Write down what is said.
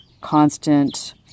constant